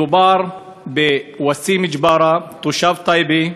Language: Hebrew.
מדובר בוואסים ג'בארה, תושב טייבה,